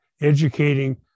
educating